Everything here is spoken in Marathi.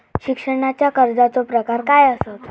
शिक्षणाच्या कर्जाचो प्रकार काय आसत?